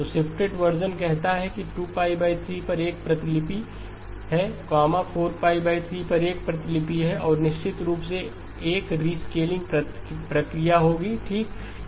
तो shifted version कहता है कि 23 पर एक प्रतिलिपि है 4 3 पर एक प्रतिलिपि है और निश्चित रूप से एक रीस्केलिंग प्रक्रिया होगी ठीक